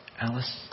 Alice